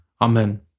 Amen